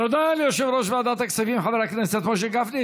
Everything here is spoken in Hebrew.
תודה ליושב-ראש ועדת הכספים חבר הכנסת משה גפני.